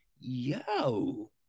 yo